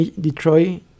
Detroit